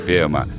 Firma